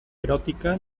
eròtica